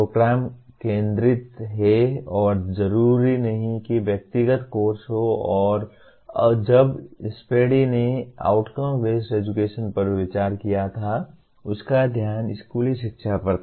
programme केन्द्रित है और जरूरी नहीं कि व्यक्तिगत कोर्स हो और जब स्पैडी ने आउटकम बेस्ड एजुकेशन पर विचार किया था उसका ध्यान स्कूली शिक्षा पर था